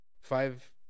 five